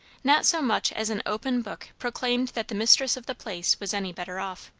not so much as an open book proclaimed that the mistress of the place was any better off.